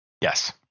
Yes